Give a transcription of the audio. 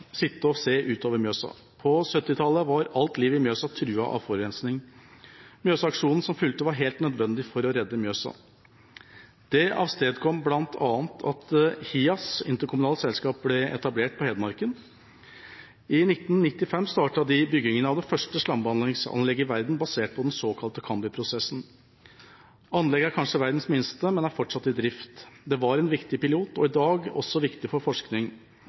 sitte og se utover Mjøsa. På 1970-tallet var alt liv i Mjøsa truet av forurensning. Mjøsaksjonen som fulgte, var helt nødvendig for å redde Mjøsa. Det avstedkom bl.a. at Hias IKS ble etablert på Hedmark. I 1995 startet de byggingen av det første slambehandlingsanlegget i verden, basert på den såkalte Cambi-prosessen. Anlegget er kanskje verdens minste, men er fortsatt i drift. Det var en viktig pilot og er i dag også viktig for forskning.